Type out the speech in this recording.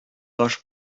таш